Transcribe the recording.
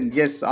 yes